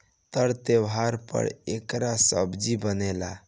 तर त्योव्हार पर एकर सब्जी बनेला